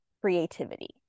creativity